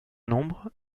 nombre